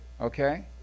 okay